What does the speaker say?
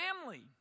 family